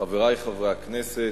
תודה, חברי חברי הכנסת,